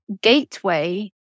gateway